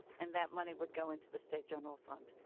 and that money would go into the state general fund.